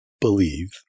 believe